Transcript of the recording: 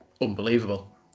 unbelievable